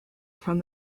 from